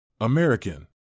American